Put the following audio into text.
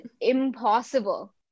impossible